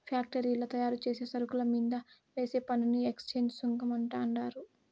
ఫ్యాక్టరీల్ల తయారుచేసే సరుకుల మీంద వేసే పన్నుని ఎక్చేంజ్ సుంకం అంటండారు